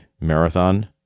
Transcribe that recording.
marathon